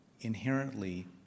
inherently